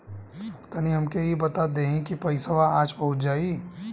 तनि हमके इ बता देती की पइसवा आज पहुँच जाई?